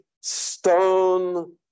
stone